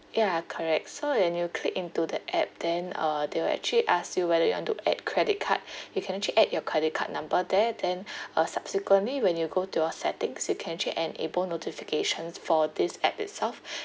ya correct so when you click into that app then uh they will actually ask you whether you want to add credit card you can actually add your credit card number there then uh subsequently when you go to your settings you can actually enable notifications for this app itself